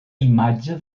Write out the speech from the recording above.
imatge